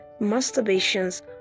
masturbations